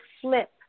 flip